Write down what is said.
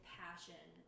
passion